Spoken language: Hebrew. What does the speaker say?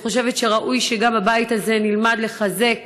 אני חושבת שראוי שגם בבית הזה נלמד לחזק